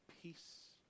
peace